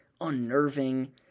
unnerving